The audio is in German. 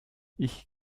ich